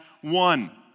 one